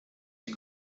die